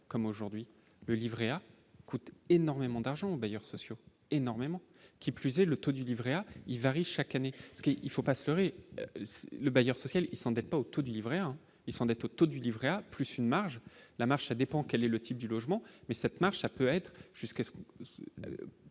comme aujourd'hui, le Livret A coûte énormément d'argent aux bailleurs sociaux énormément, qui plus est, le taux du Livret A, il varie chaque année, ce qui, il faut pas le bailleur social et s'endette pas au taux du Livret A, ils s'endettent au taux du Livret A plus une marge la marche ça dépend quel est le type de logement mais cette marche, ça peut être jusqu'à ce